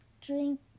drink